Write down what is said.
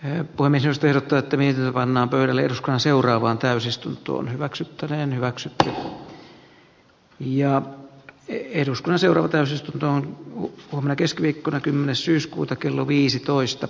en poimi sister täyttyminen pannaan pöydälle seuraavaan täysistuntoon hyväksyttävä hyväksytty ja edustaa seuraa täys ja muut paha keskiviikkona kymmenes syyskuuta kello viisitoista